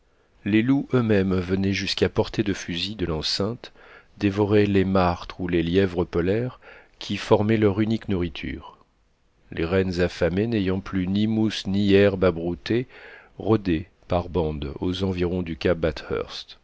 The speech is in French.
les loups eux-mêmes venaient jusqu'à portée de fusil de l'enceinte dévorer les martres ou les lièvres polaires qui formaient leur unique nourriture les rennes affamés n'ayant plus ni mousses ni herbe à brouter rôdaient par bande aux environs du cap bathurst